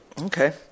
Okay